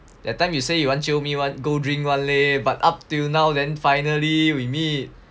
that time you say you want jio me [one] go drink [one] leh but up till now then finally we meet